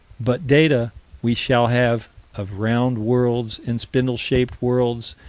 but data we shall have of round worlds and spindle-shaped worlds,